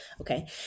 okay